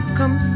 Come